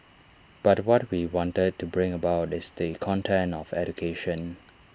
but what we wanted to bring about is the content of education